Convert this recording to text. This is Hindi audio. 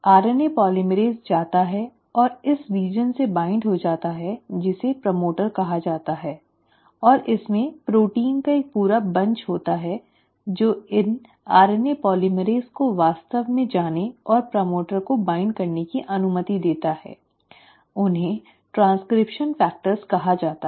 आरएनए पोलीमरेज़ जाता है और इस क्षेत्र से बाइन्ड हो जाता है जिसे प्रमोटर कहा जाता है और इसमें प्रोटीन का एक पूरा गुच्छा होता है जो इन आरएनए पोलीमरेज़ को वास्तव में जाने और प्रमोटर को बाइन्ड करने की अनुमति देता है उन्हें ट्रांसक्रिप्शन फैक्टर्स कहा जाता है